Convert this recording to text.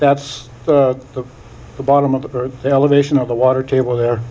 that's the bottom of the elevation of the water table there